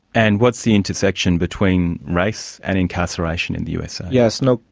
and what's the intersection between race and incarceration in the usa? yes, look,